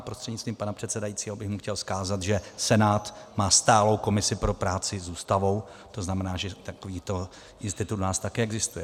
Prostřednictvím pana předsedajícího bych mu chtěl vzkázat, že Senát má stálou komisi pro práci s Ústavou, to znamená, že takovýto institut u nás také existuje.